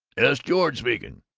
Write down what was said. s george speaking.